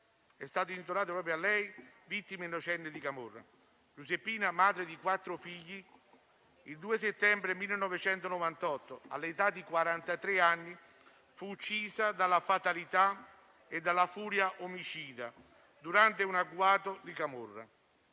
È stato intitolato proprio a lei, vittima innocente di camorra. Giuseppina, madre di quattro figli, il 2 settembre 1998, all'età di quarantatré anni, fu uccisa dalla fatalità e dalla furia omicida, durante un agguato di camorra.